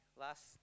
Last